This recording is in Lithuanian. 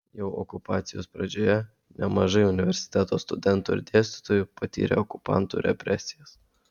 jau okupacijos pradžioje nemažai universiteto studentų ir dėstytojų patyrė okupantų represijas